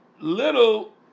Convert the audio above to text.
little